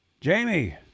Jamie